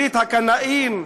ברית הקנאים,